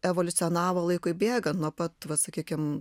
evoliucionavo laikui bėgant nuo pat vat sakykim